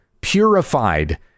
purified